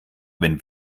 wenn